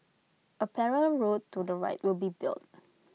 A parallel road to the right will be built